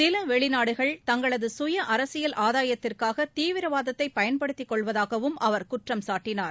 சில வெளிநாடுகள் தங்களது சுய அரசியல் ஆதாயத்திற்காக தீவிரவாதத்தை பயன்படுத்திக் கொள்வதாகவும் அவர் குற்றம் சாட்டினார்